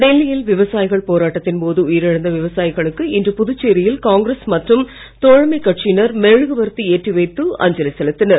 டெல்லியில் விவசாயிகள் போராட்டத்தின் போது உயிரிழந்த விவசாயிகளுக்கு இன்று புதுச்சேரியில் காங்கிரஸ் மற்றும் தோழமை கட்சியினர் மெழுகுவர்த்தி ஏற்றி வைத்து அஞ்சலி செலுத்தினர்